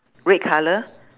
red colour